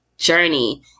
journey